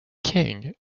king